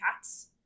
cats